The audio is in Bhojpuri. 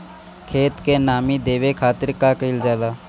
खेत के नामी देवे खातिर का कइल जाला?